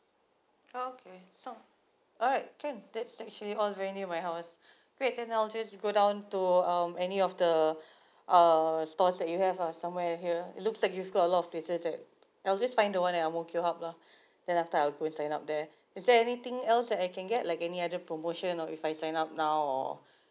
okay song alright can that's actually all very near my house great then I'll just go down to go um any of the uh stores that you have uh somewhere here it looks like you've got a lot of places that I'll just find the one at ang mo kio hub lah then after I will go and sign up there is there anything else that I can get like any other promotion or if I sign up now or